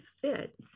fit